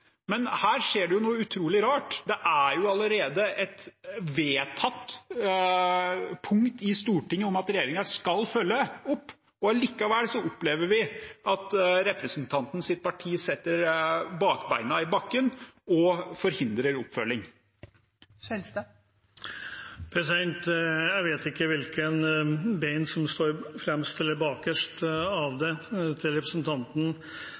Men her skjer det noe utrolig rart. Det er allerede et vedtatt punkt i Stortinget at regjeringen skal følge opp. Allikevel opplever vi at representantens parti setter bakbeina i bakken og forhindrer oppfølging. Jeg vet ikke hvilke bein som står fremst eller bakerst av dem til representanten